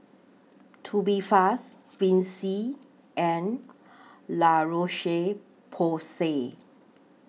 Tubifast Vichy and La Roche Porsay